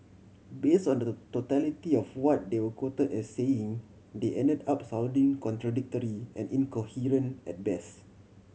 base on the totality of what they were quote as saying they ended up sounding contradictory and incoherent at best